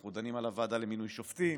אנחנו דנים על הוועדה למינוי שופטים